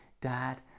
dad